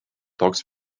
toks